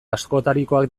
askotarikoak